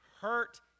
hurt